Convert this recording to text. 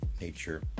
nature